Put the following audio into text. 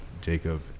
Jacob